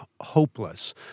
hopeless